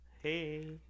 hey